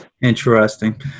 interesting